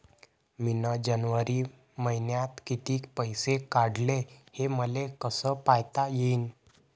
मिन जनवरी मईन्यात कितीक पैसे काढले, हे मले कस पायता येईन?